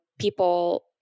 people